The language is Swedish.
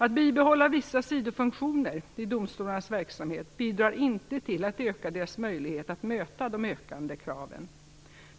Att bibehålla vissa sidofunktioner i domstolarnas verksamhet bidrar inte till att öka deras möjlighet att möta de ökande kraven.